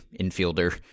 infielder